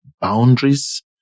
boundaries